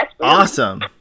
awesome